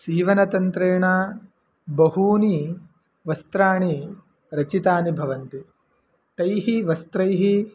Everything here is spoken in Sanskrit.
सीवनतन्त्रेण बहूनि वस्त्राणि रचितानि भवन्ति तैः वस्त्रैः